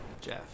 Jeff